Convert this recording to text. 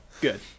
good